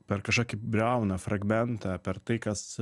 per kažkokį briauną fragmentą per tai kas